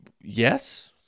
Yes